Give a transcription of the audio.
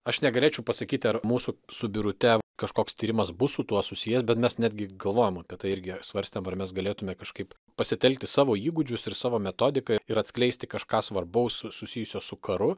aš negalėčiau pasakyti ar mūsų su birute kažkoks tyrimas bus su tuo susijęs bet mes netgi galvojom apie tai irgi svarstėm ar mes galėtume kažkaip pasitelkti savo įgūdžius ir savo metodiką ir atskleisti kažką svarbaus susijusio su karu